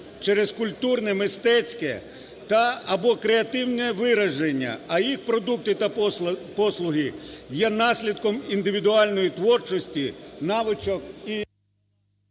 через культурне, мистецьке та/або креативне вираження, а їх продукти та послуги є наслідком індивідуальної творчості, навичок і…